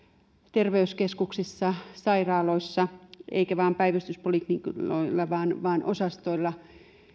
terveyskeskuksissa sairaaloissa eivätkä vain päivystyspoliklinikoilla vaan osastoilla